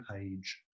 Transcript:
page